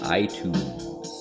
iTunes